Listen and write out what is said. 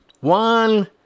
one